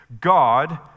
God